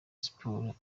sports